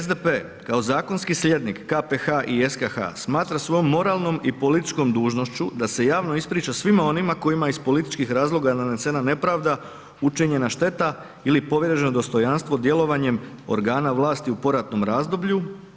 SDP kao zakonski slijednik KPH i SKH, smatra svom moralnom i političkom dužnošću da se javno ispriča svima onima kojima iz političkih razloga nanesena nepravda, učinjena šteta ili povrijeđeno dostojanstvo djelovanjem organa vlasti u poratnom razdoblju.